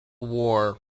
war